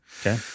Okay